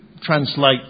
translate